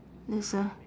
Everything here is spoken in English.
there's a